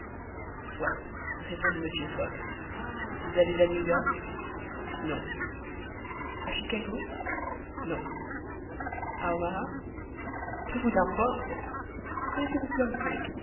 soit répondit mr fogg vous allez à new york non a chicago non a omaha peu vous importe connaissez-vous